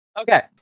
Okay